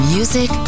Music